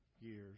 years